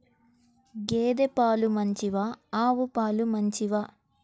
గేద పాలు మంచివా ఆవు పాలు మంచివా?